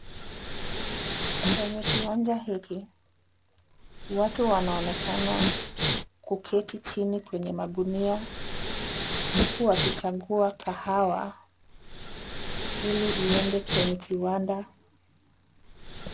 Kwenye kiwanja hiki, watu wanaonekana kuketi chini kwenye magunia huku wakichagua kahawa ili iende kwenye kiwanda.